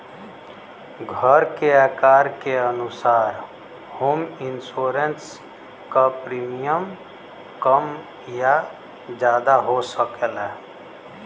घर के आकार के अनुसार होम इंश्योरेंस क प्रीमियम कम या जादा हो सकला